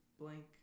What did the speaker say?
blank